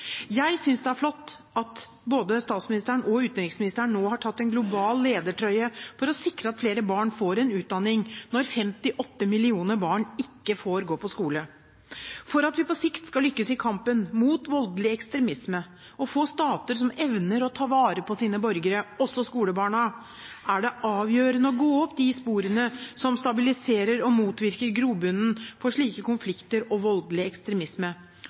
Jeg synes det er flott at både statsministeren og utenriksministeren nå har tatt på seg en global ledertrøye for å sikre at flere barn får en utdanning – når 58 millioner barn ikke får gå på skole. For at vi på sikt skal lykkes i kampen mot voldelig ekstremisme og få stater som evner å ta vare på sine borgere – også skolebarna – er det avgjørende å gå opp de sporene som stabiliserer og motvirker grobunnen for slike konflikter og voldelig ekstremisme,